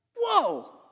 Whoa